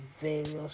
various